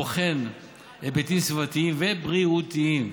הבוחן היבטים סביבתיים ובריאותיים,